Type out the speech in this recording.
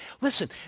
Listen